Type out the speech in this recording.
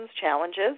challenges